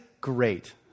great